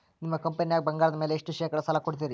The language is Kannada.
ನಿಮ್ಮ ಕಂಪನ್ಯಾಗ ಬಂಗಾರದ ಮ್ಯಾಲೆ ಎಷ್ಟ ಶೇಕಡಾ ಸಾಲ ಕೊಡ್ತಿರಿ?